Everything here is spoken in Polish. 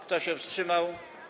Kto się wstrzymał?